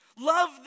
Love